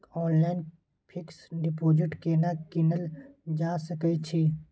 Online fix deposit केना कीनल जा सकै छी?